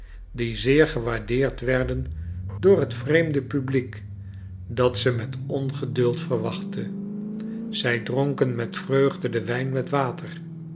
die zeer gewaardeerd werden door het vreemde publiek dat ze met ongeduld verwachtte zij dronken met vreugde den wijn met water